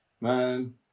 Man